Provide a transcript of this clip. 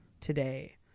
today